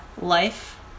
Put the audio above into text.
life